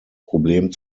problem